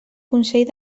consell